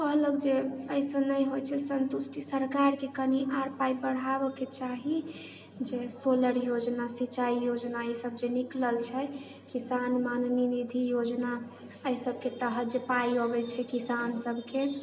कहलक जे एहि से नहि होइत छै संतुष्टि सरकारके कनी आओर पाइ बढ़ाबऽके चाही जे सोलर योजना सिचाइ योजना ई सब जे निकलल छै किसान मान निधि योजना एहि सबके तहत जे पाइ अबैत छै किसान सबके